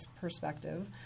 perspective